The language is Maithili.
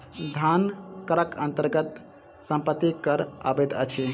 धन करक अन्तर्गत सम्पत्ति कर अबैत अछि